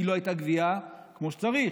כי לא הייתה גבייה כמו שצריך.